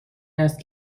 است